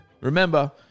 remember